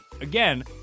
Again